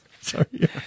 Sorry